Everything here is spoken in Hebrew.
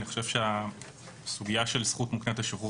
אני חושב שהסוגיה של זכות מוקנית לשחרור